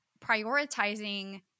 prioritizing